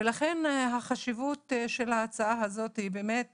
לכן החשיבות של ההצעה הזאת היא באמת